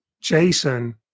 jason